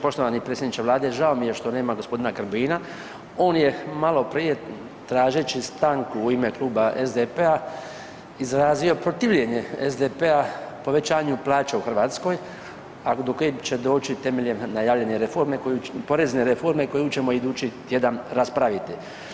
Poštovani predsjedniče Vlade žao mi je što nema gospodina Grbina on je maloprije tažeći stanku u ime Kluba SDP-a izrazio protivljenje SDP-a povećanju plaća u Hrvatskoj a do kojih će doći temeljem najavljene reforme, porezne reforme koju ćemo idući tjedan raspraviti.